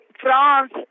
France